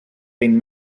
been